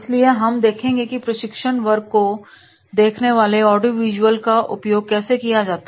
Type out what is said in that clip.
इसलिए हम देखेंगे कि प्रशिक्षण वर्ग को देखने वाले ऑडियोवीजुअल का उपयोग कैसे किया जाए